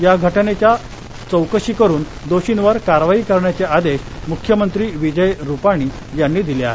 या घटनेच्या चौकशी करून दोषींवर कारवाई करण्याचे आदेश मुख्यमंत्री विजय रूपांनी यांनी दिले आहेत